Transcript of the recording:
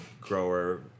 grower